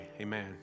amen